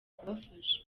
kubafasha